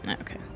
Okay